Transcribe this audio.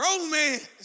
romance